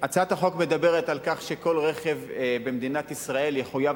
הצעת החוק מדברת על כך שכל רכב במדינת ישראל יחויב